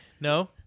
No